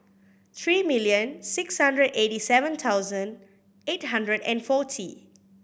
three million six hundred eighty seven thousand eight hundred and forty